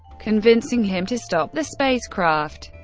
convincing him to stop the spacecraft.